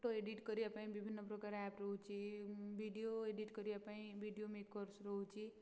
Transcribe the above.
photo edit କରିବା ପାଇଁ ବିଭିନ୍ନ ପ୍ରକାର ଆପ୍ ରହୁଛି ଭିଡ଼ିଓ ଏଡ଼ିଟ୍ କରିବା ପାଇଁ ଭିଡ଼ିଓ ମେକର୍ସ ରହୁଛି